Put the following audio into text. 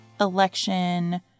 election